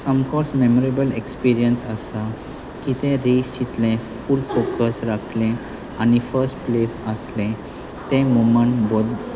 सामकोच memorable experience आसा की तें रेस चितलें फूल फोकस रखलें आनी फस्ट प्लेस आसलें तें मुमंट ब